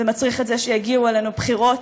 זה מצריך את זה שיגיעו אלינו בחירות,